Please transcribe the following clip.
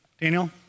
Daniel